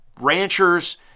ranchers